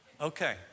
Okay